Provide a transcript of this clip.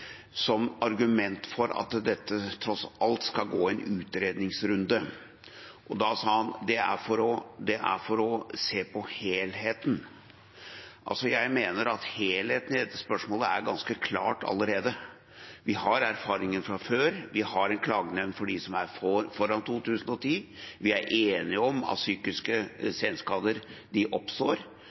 som argument for at det tross alt skal være en utredningsrunde om dette. Han sa at det er for å se på helheten. Jeg mener at helheten i dette spørsmålet er ganske klar allerede. Vi har erfaringen fra før, vi har en klagenemnd som gjelder for dem før 2010. Vi er enige om at psykiske senskader oppstår,